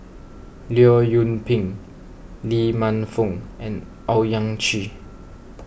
Leong Yoon Pin Lee Man Fong and Owyang Chi